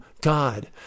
God